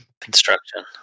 construction